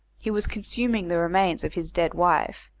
he was consuming the remains of his dead wife,